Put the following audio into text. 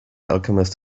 alchemist